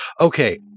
okay